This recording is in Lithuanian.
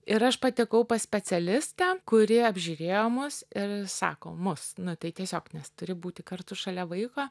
ir aš patekau pas specialistę kuri apžiūrėjo mus ir sako mus nu tai tiesiog nes turi būti kartu šalia vaiko